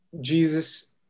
Jesus